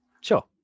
Sure